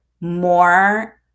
more